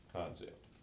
concept